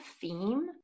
theme